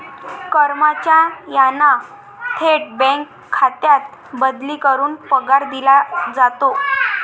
कर्मचाऱ्यांना थेट बँक खात्यात बदली करून पगार दिला जातो